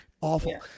awful